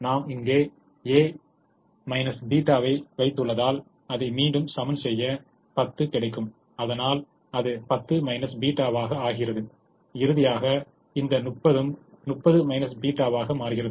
நாம் இங்கே a θ ஐ வைத்துள்ளதால் அதை மீண்டும் சமன் செய்ய 10 கிடைக்கும் அதனால் அது 10 θ வாக ஆகிறது இறுதியாக இந்த 30 ம் 30 θ வாக மாறுகிறது